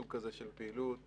סוג כזה של פעילות